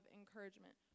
encouragement